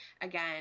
again